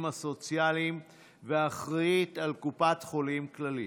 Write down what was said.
הסוציאליים ואחראית על קופת חולים כללית.